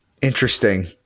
Interesting